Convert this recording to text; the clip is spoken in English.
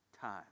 time